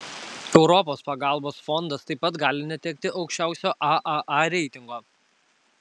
europos pagalbos fondas taip pat gali netekti aukščiausio aaa reitingo